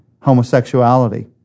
homosexuality